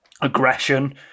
aggression